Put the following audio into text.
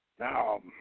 Now